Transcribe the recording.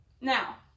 now